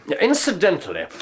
Incidentally